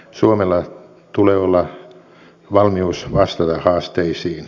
suomella tulee olla valmius vastata haasteisiin